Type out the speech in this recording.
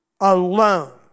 alone